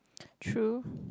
true